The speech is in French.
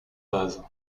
base